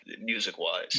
music-wise